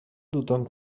tothom